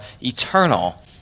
eternal